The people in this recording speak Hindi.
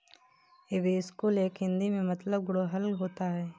हिबिस्कुस का हिंदी में मतलब गुड़हल होता है